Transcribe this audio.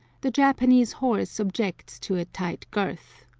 the japanese horse objects to a tight girth,